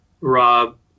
Rob